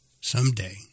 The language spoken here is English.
Someday